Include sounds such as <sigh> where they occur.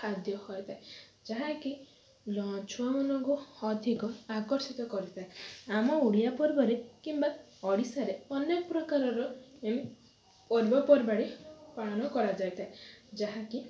ଖାଦ୍ୟ ହୋଇଥାଏ ଯାହାକି <unintelligible> ଛୁଆ ମାନଙ୍କୁ ଅଧିକ ଆକର୍ଷିତ କରିଥାଏ ଆମ ଓଡ଼ିଆ ପର୍ବରେ କିମ୍ବା ଓଡ଼ିଶାରେ ଅନେକ ପ୍ରକାରର <unintelligible> ପର୍ବପର୍ବାଣୀ ପାଳନ କରାଯାଇଥାଏ ଯାହାକି